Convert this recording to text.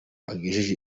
agejeje